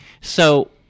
So-